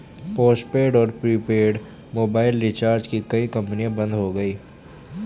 postpaid और prepaid mobile recharge की कई कंपनियां बंद हो गई